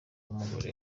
n’umugore